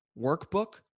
workbook